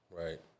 right